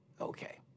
okay